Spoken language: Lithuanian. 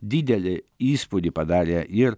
didelį įspūdį padarė ir